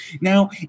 Now